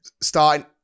Starting